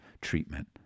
treatment